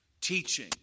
teaching